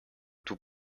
tout